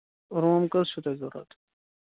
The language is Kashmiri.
روٗم کٔژ چھِو تۄہہِ ضروٗرت